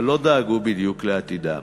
אבל לא דאגו בדיוק לעתידם.